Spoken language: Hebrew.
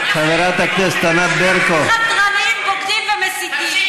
ערביי 48', לא אזרח ישראלי.